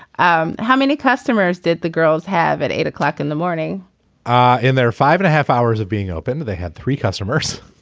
um how many customers did the girls have at eight zero o'clock in the morning ah in their five and a half hours of being open they had three customers.